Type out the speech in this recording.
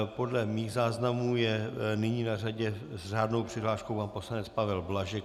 Podle mých záznamů je nyní na řadě s řádnou přihláškou pan poslanec Pavel Blažek.